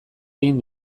egin